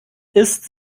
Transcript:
ist